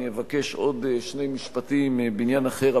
אני אבקש עוד שני משפטים בעניין אחר,